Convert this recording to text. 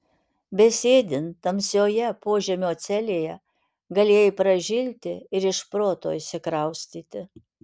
besėdint tamsioje požemio celėje galėjai pražilti ir iš proto išsikraustyti